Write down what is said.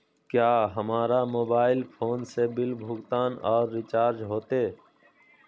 क्या हमारा mobile phone से बिल भुगतान और रिचार्ज होते?